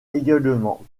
également